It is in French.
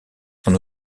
son